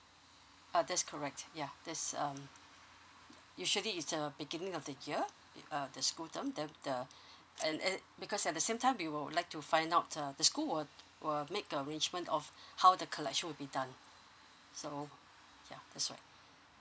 uh that's correct yeah that's um usually is the beginning of the year uh the school term then the then at because at the same time we would like to find out uh the school or will make arrangement of how the collection will be done so yeah that's right